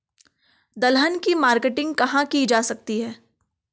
दलहन की मार्केटिंग कहाँ की जा सकती है?